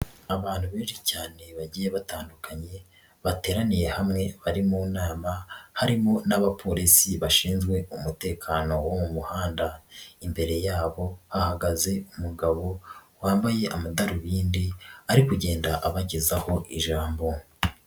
Abantu benshi cyane bagiye batandukanye bateraniye hamwe bari mu nama, harimo n'abapolisi bashinzwe umutekano wo mu muhanda. Imbere yabo ahagaze umugabo wambaye amadarubindi ari kugenda abagezaho ijambo.